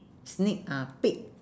sneak ah pig